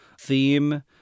theme